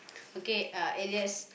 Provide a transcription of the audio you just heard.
okay uh alias